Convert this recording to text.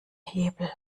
hebel